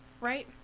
right